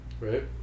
right